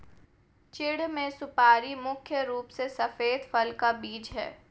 चीढ़ की सुपारी मुख्य रूप से सफेद फल का बीज है